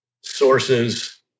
sources